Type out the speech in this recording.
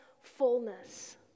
fullness